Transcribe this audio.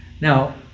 Now